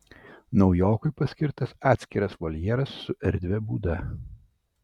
naujokui paskirtas atskiras voljeras su erdvia būda